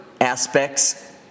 aspects